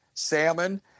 salmon